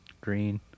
green